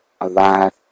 Alive